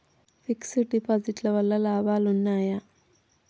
Fix డ్ deposit వల్ల లాభాలు ఉన్నాయి?